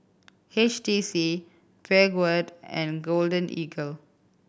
H T C Peugeot and Golden Eagle